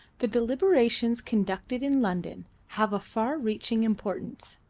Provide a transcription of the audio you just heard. the deliberations conducted in london have a far-reaching importance,